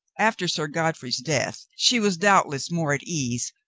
after sir godfrey's death she was doubtless more at ease,